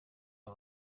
aba